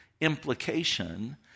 implication